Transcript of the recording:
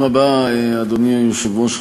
אדוני היושב-ראש,